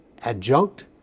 adjunct